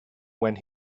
when